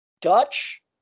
Dutch